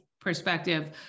perspective